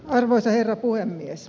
arvoisa herra puhemies